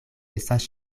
estas